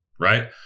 Right